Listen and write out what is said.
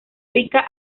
rica